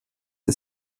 der